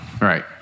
Right